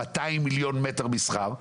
מאתיים מיליון מטר מסחר,